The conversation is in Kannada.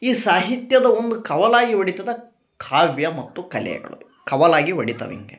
ಈ ಸಾಹಿತ್ಯದ ಒಂದು ಕವಲಾಗಿ ಒಡಿತದ ಕಾವ್ಯ ಮತ್ತು ಕಲೆಗಳು ಕವಲಾಗಿ ಒಡಿತವ್ ಎರಡು